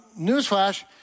newsflash